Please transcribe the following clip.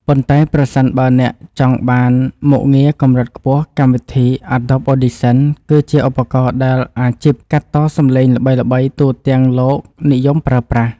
ប៉ុន្តែប្រសិនបើអ្នកចង់បានមុខងារកម្រិតខ្ពស់កម្មវិធីអាដុប អូឌីសិនគឺជាឧបករណ៍ដែលអាជីពកាត់តសំឡេងល្បីៗទូទាំងលោកនិយមប្រើប្រាស់។